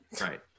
Right